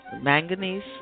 manganese